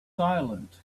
silent